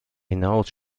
hinaus